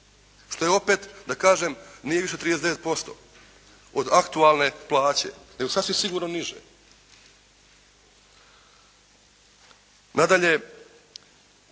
što je opet da kažem nije više 39% od aktualne plaće nego sasvim sigurno niže. Nadalje